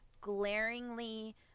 glaringly